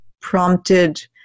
prompted